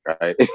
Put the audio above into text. right